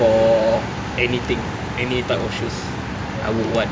for anything any type of shoes I would want